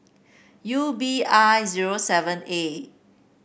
U B I zero seven A